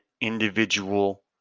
individual